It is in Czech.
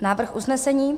Návrh usnesení.